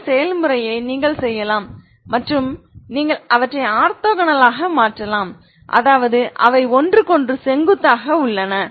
இந்த செயல்முறையை நீங்கள் செய்யலாம் மற்றும் நீங்கள் அவற்றை ஆர்த்தோகனலாக மாற்றலாம் அதாவது அவை ஒன்றுக்கொன்று செங்குத்தாக உள்ளன